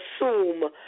assume